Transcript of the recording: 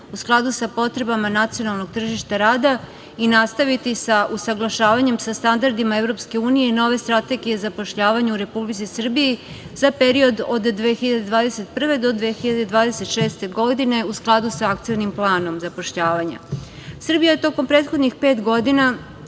u skladu sa potrebama nacionalnog tržišta rada i nastaviti sa usaglašavanjem sa standardima EU i nove strategije zapošljavanja u Republici Srbiji za period od 2021. do 2026. godine u skladu sa akcionim planom zapošljavanja. Srbija je tokom prethodnih pet godina